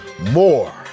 More